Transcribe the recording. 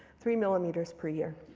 three millimeters per year.